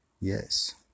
Yes